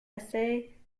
essayer